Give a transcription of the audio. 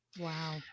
wow